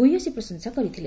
ଭୟସୀ ପ୍ରଶଂସା କରିଥିଲେ